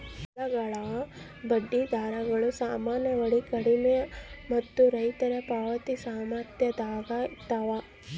ಸಾಲಗಳ ಬಡ್ಡಿ ದರಗಳು ಸಾಮಾನ್ಯವಾಗಿ ಕಡಿಮೆ ಮತ್ತು ರೈತರ ಪಾವತಿ ಸಾಮರ್ಥ್ಯದಾಗ ಇರ್ತವ